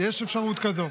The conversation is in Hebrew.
יש אפשרות כזאת.